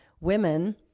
women